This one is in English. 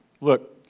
Look